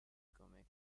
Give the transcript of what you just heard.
come